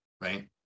right